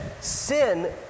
Sin